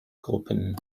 gruppen